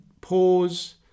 pause